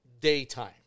daytime